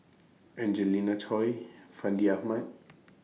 Angelina Choy Fandi Ahmad